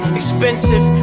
expensive